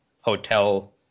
hotel